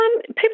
People